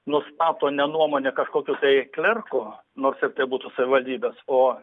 nustato ne nuomonė kažkokių tai klerkų nors ir tai būtų savivaldybės o